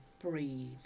breathe